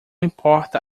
importa